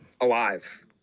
alive